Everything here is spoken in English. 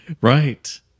right